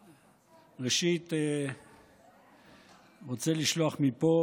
ראשית, אני רוצה לשלוח מפה